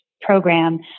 program